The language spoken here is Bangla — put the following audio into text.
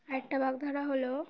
আর একটা বাগধারা হলো